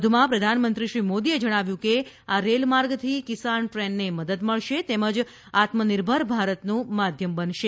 વધુમાં પ્રધાનમંત્રી શ્રી મોદીએ જણાવ્યું કે આ રેલમાર્ગથી કિસાન ટ્રેનને મદદ મળશે તેમજ આત્મનિર્ભર ભારતનું માધ્યમ બનશે